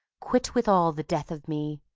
quit withal the death of me,